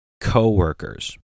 co-workers